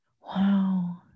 Wow